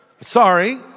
Sorry